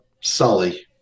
Sully